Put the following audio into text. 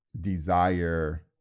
desire